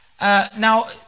Now